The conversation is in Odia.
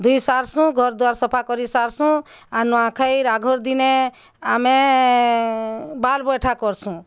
ଧୁଇଁ ସାରସୁଁ ଘରଦ୍ଵାର୍ ସଫା କରି ସାରସୁଁ ଆର୍ ନୂଆଁଖାଇ ଆଘର୍ ଦିନେ ଆମେ ବାଲ୍ ବୈଠା କରସୁଁ